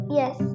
yes